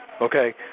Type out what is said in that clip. okay